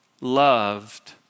loved